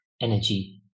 energy